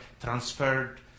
transferred